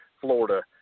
Florida